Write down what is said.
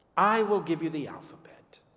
i will give you the alphabet.